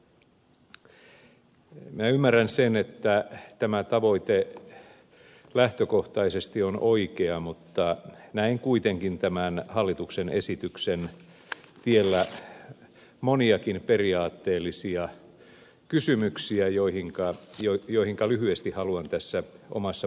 minä ymmärrän sen että tämä tavoite lähtökohtaisesti on oikea mutta näen kuitenkin tämän hallituksen esityksen tiellä moniakin periaatteellisia kysymyksiä joihinka lyhyesti haluan tässä omassa puheenvuorossani pysähtyä